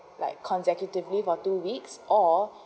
like consecutively for two weeks or